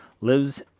lives